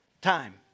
time